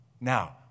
Now